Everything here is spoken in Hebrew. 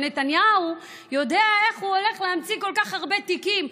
שנתניהו יודע איך הוא הולך להמציא כל כך הרבה תיקים.